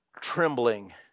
trembling